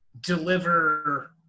deliver